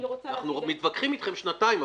אנחנו מתווכחים אתכם שנתיים,